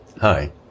hi